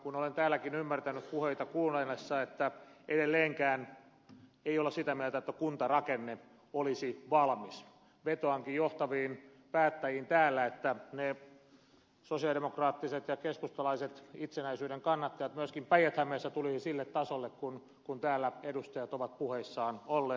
kun olen täälläkin ymmärtänyt puheita kuunnellessa että edelleenkään ei olla sitä mieltä että kuntarakenne olisi valmis vetoankin johtaviin päättäjiin täällä että ne sosialidemokraattiset ja keskustalaiset itsenäisyyden kannattajat myöskin päijät hämeessä tulisivat sille tasolle jolla täällä edustajat ovat puheissaan olleet